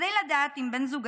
כדי לדעת אם בן זוגך